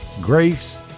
grace